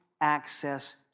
access